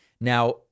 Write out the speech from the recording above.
Now